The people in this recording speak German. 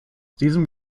diesem